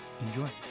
Enjoy